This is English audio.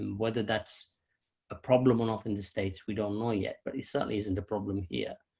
whether that's a problem or not in the states, we don't know yet, but it certainly isn't a problem here.